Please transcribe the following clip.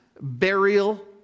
burial